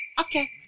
Okay